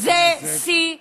זה שיא חדש.